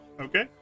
Okay